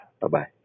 Bye-bye